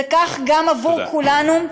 וכך גם עבור כולנו,